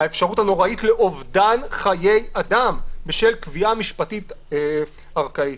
האפשרות הנוראית לאובדן חיי אדם בשל קביעה משפטית ארכאית.